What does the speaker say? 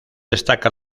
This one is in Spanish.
destaca